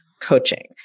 coaching